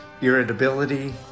irritability